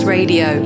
Radio